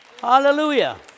Hallelujah